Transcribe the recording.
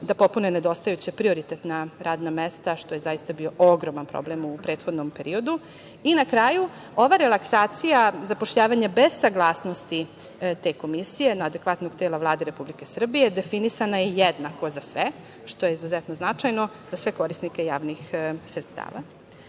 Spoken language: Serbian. da popune nedostajuća prioritetna radna mesta, što je zaista bio ogroman problem u prethodnom periodu. Na kraju, ova relaksacija zapošljavanja bez saglasnosti te komisije, adekvatnog tela Vlade Republike Srbije, definisana je jednako za sve, što je izuzetno značajno za sve korisnike javnih sredstava. Znači,